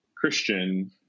Christian